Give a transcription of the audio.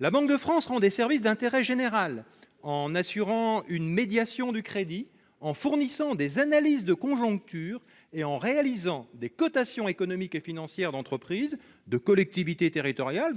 La Banque de France rend des services d'intérêt général. Elle assure en effet une médiation du crédit, fournit des analyses de conjoncture et réalise des cotations économiques et financières d'entreprises, de collectivités territoriales